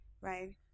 right